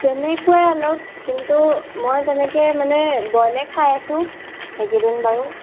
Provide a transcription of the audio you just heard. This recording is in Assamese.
তেনেকুৱাই অলপ কিন্তু মই তেনেকৈ মানে বইলেই খাই আছোঁ এইকেইদিন বাৰু